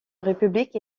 république